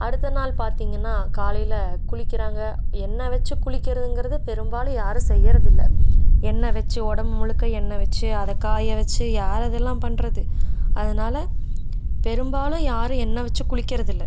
அடுத்த நாள் பார்த்தீங்கன்னா காலையில் குளிக்கிறாங்க எண்ணெய் வச்சு குளிக்கிறதுங்கிறது பெரும்பாலும் யாரும் செய்கிறதில்ல எண்ணெய் வச்சு உடம்பு முழுக்க எண்ணெய் வச்சு அதை காய வச்சு யார் அதெல்லாம் பண்ணுறது அதனால் பெரும்பாலும் யாரும் எண்ணெய் வச்சு குளிக்கிறதில்லை